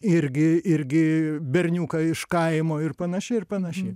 irgi irgi berniuką iš kaimo ir panašiai ir panašiai